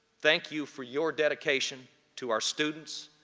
thank you for your dedication to our students,